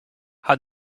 how